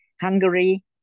Hungary